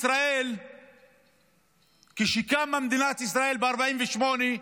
כשקמה מדינת ישראל ב-1948,